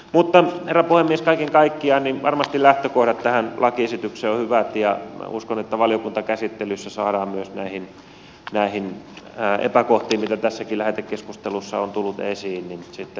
mutta herra puhemies kaiken kaikkiaan varmasti lähtökohdat tähän lakiesitykseen ovat hyvät ja uskon että valiokuntakäsittelyssä saadaan myös näihin epäkohtiin mitä tässäkin lähetekeskustelussa on tullut esiin sitten tarkennuksia